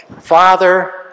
Father